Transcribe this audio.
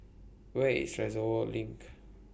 Where IS Reservoir LINK